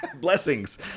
blessings